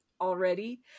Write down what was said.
already